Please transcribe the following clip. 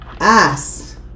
ass